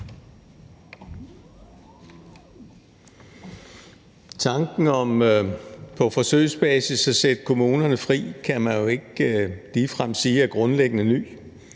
Tanken om på forsøgsbasis at sætte kommunerne fri kan man jo ikke ligefrem sige er grundlæggende ny.